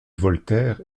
voltaire